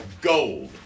Gold